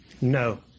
No